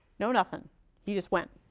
no nothing he just went.